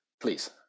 Please